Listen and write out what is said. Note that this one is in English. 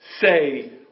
say